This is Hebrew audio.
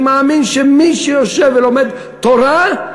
אני מאמין שמי שיושב ולומד תורה,